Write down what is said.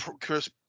Chris